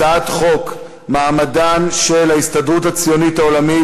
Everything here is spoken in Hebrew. הצעת חוק מעמדן של ההסתדרות הציונית העולמית